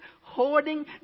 hoarding